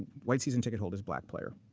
white season ticket holders, black player.